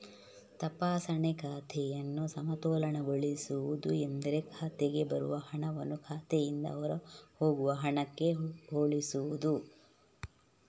ತಪಾಸಣೆ ಖಾತೆಯನ್ನು ಸಮತೋಲನಗೊಳಿಸುವುದು ಎಂದರೆ ಖಾತೆಗೆ ಬರುವ ಹಣವನ್ನು ಖಾತೆಯಿಂದ ಹೊರಹೋಗುವ ಹಣಕ್ಕೆ ಹೋಲಿಸುವುದು